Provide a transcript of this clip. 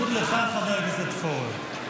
ובייחוד לך, חבר הכנסת פורר: